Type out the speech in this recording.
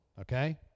okay